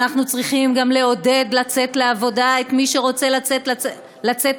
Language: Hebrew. ואנחנו צריכים גם לעודד לצאת לעבודה את מי שרוצה לצאת לעבודה,